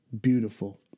beautiful